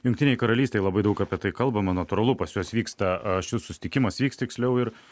jungtinėj karalystėj labai daug apie tai kalbama natūralu pas juos vyksta šis susitikimas vyks tiksliau ir